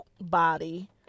body